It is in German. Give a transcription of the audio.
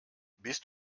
bist